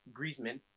Griezmann